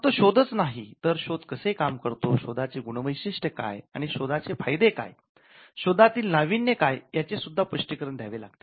फक्त शोधच नाही तर शोध कसे काम करतो शोधाचे गुणवैशिष्ट काय आणि शोधा चे फायदे काय शोधातील नावीन्य काय याचे सुद्धा स्पष्टीकरण द्यावे लागते